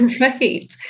Right